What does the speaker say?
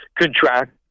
contract